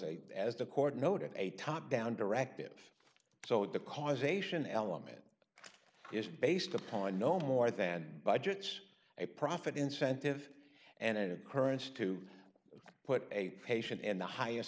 a as the court noted a top down directive so the causation element is based upon no more than budgets a profit incentive and occurrence to put a patient in the highest